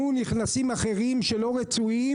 נכנסים אחרים שלא רצויים,